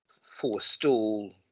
forestall